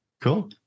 cool